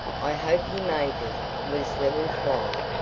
i hope he may be, was the reply.